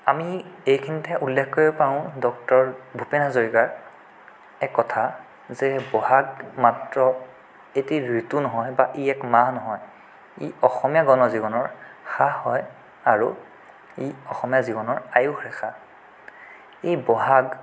আমি এইখিনিতে উল্লেখ কৰিব পাৰোঁ ডঃ ভূপেন হাজৰিকাৰ এক কথা যে ব'হাগ মাত্ৰ এটি ঋতু নহয় বা ই এক মাহ নহয় ই অসমীয়া গণজীৱনৰ সাহ হয় আৰু ই অসমীয়া জীৱনৰ আয়ুস ৰেখা এই ব'হাগ